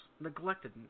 neglected